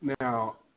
Now